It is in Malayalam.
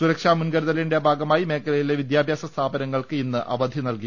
സുരക്ഷാ മുൻകരുതലിന്റെ ഭാഗമായി മേഖലയിലെ വി ദ്യാഭ്യാസ സ്ഥാപനങ്ങൾക്ക് അവധി നൽകി